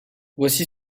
voici